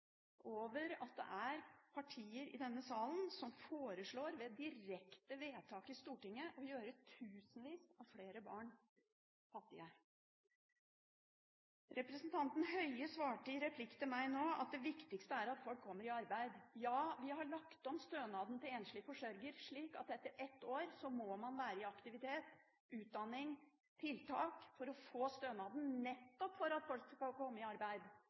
over at det er partier i denne salen som ved direkte vedtak i Stortinget foreslår å gjøre flere barn – ja, tusenvis – fattige. Representanten Høie svarte i en replikk til meg at det viktigste er at folk kommer i arbeid. Ja, vi har lagt om stønaden til enslige forsørgere, slik at man etter ett år må være i aktivitet, i utdanning eller på tiltak for å få stønaden, nettopp for at folk skal komme i arbeid.